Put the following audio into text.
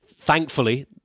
thankfully